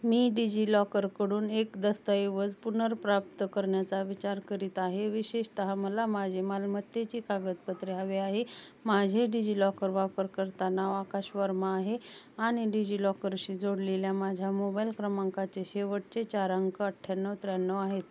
मी डिजिलॉकरकडून एक दस्तऐवज पुनर्प्राप्त करण्याचा विचार करीत आहे विशेषतः मला माझे मालमत्तेची कागदपत्रे हवे आहे माझे डिजिलॉकर वापरकर्ता नाव आकाश वर्मा आहे आणि डिजिलॉकरशी जोडलेल्या माझ्या मोबाईल क्रमांकाचे शेवटचे चार अंक अठ्ठ्याण्णव त्र्याण्णव आहेत